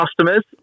customers